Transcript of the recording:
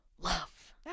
love